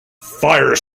fire